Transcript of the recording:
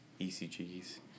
ECGs